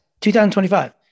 2025